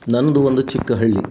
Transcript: ನನ್ನದು ಒಂದು ಚಿಕ್ಕ ಹಳ್ಳಿ